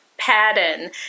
pattern